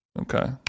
Okay